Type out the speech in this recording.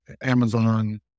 Amazon